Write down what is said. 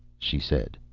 she said.